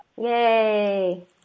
Yay